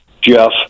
Jeff